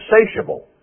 insatiable